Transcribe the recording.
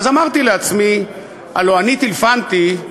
הלוא אני טלפנתי,